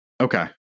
Okay